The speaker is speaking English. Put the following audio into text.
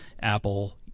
Apple